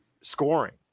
scoring